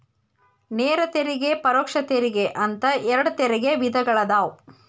ನೇರ ತೆರಿಗೆ ಪರೋಕ್ಷ ತೆರಿಗೆ ಅಂತ ಎರಡ್ ತೆರಿಗೆ ವಿಧಗಳದಾವ